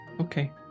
Okay